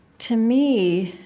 to me,